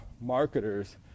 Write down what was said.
marketers